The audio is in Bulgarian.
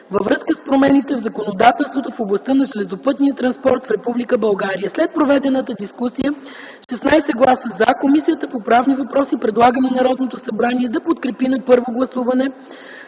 във връзка с промените в законодателството в областта на железопътния транспорт в Република България. След проведената дискусия с 16 гласа „за” Комисията по правни въпроси предлага на Народното събрание да подкрепи на първо гласуване